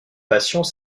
patient